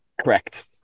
Correct